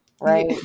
right